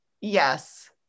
Yes